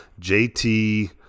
JT